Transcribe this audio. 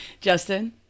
Justin